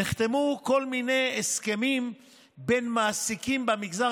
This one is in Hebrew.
נחתמו כל מיני הסכמים בין מעסיקים במגזר